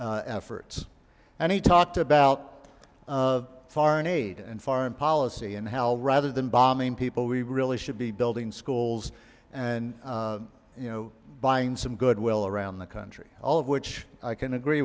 diplomatic efforts and he talked about of foreign aid and foreign policy and how rather than bombing people we really should be building schools and you know buying some goodwill around the country all of which i can agree